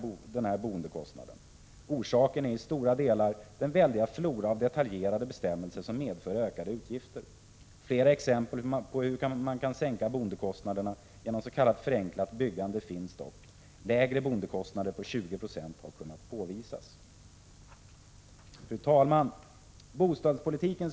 Orsaken är till stor del den väldiga flora av detaljerade bestämmelser som medför ökade utgifter. Flera exempel på hur man kan sänka boendekostnaderna genom s.k. ”förenklat byggande” finns dock. 20 96 lägre boendekostnader har kunnat påvisas. Fru talman!